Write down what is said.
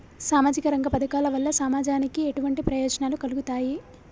సామాజిక రంగ పథకాల వల్ల సమాజానికి ఎటువంటి ప్రయోజనాలు కలుగుతాయి?